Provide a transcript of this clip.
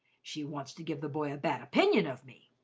she wants to give the boy a bad opinion of me!